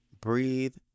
Breathe